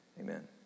Amen